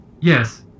yes